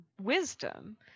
wisdom